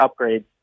upgrades